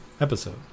episode